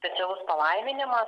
specialus palaiminimas